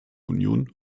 union